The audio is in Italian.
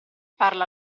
farla